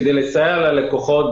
כדי לסייע ללקוחות,